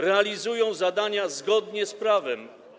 realizują zadania zgodnie z prawem.